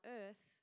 earth